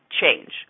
change